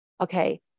okay